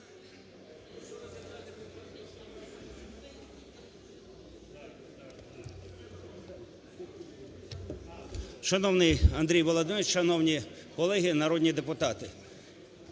Шановний Андрій Володимирович, шановні колеги народні депутати!